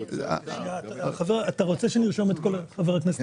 חבר הכנסת קושניר, אתה רוצה שנרשום את הכול ---?